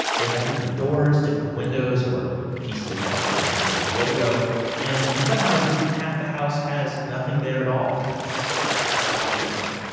they have different doors, different windows or pieces of tarp where windows will go and in some houses half the house has nothing there at all it's just like half the house is missing.